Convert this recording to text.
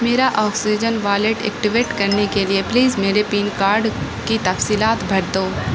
میرا oxygen wallet activate کرنے کے لیے پلیز میرے پین کارڈ کی تفصیلات بھر دو